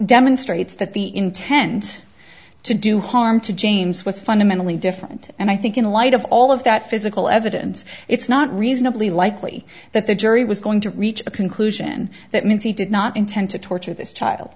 demonstrates that the intend to do harm to james was fundamentally different and i think in light of all of that physical evidence it's not reasonably likely that the jury was going to reach a conclusion that means he did not intend to torture this child